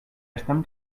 estem